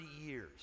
years